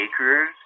acres